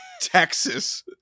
Texas